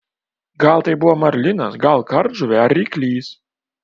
gal tai buvo marlinas gal kardžuvė ar ryklys